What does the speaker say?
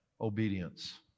obedience